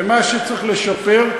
ומה שצריך לשפר,